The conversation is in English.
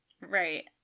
right